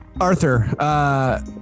Arthur